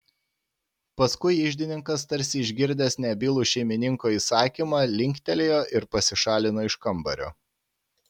paskui iždininkas tarsi išgirdęs nebylų šeimininko įsakymą linktelėjo ir pasišalino iš kambario